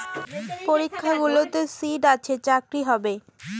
পরীক্ষাগুলোতে সিট আছে চাকরি হবে